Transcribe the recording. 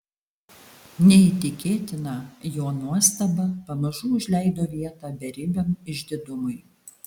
neįtikėtina jo nuostaba pamažu užleido vietą beribiam išdidumui